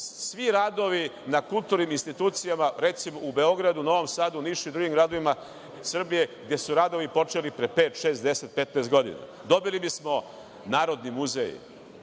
svi radovi na kulturnim institucijama, recimo, u Beogradu, Novom Sadu, Nišu i drugim gradovima Srbije, gde su radovi počeli pre pet, šest, deset, petnaest godina. Dobili bismo narodni muzej